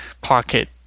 pocket